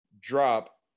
drop